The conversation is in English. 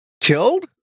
killed